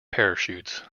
parachutes